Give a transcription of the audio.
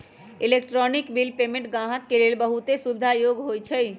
electronic bill payment गाहक के लेल बहुते सुविधा जोग्य होइ छइ